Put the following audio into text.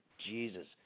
Jesus